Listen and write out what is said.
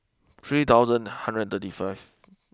three thousand a hundred thirty fifth